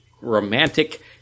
romantic